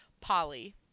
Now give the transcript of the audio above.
Polly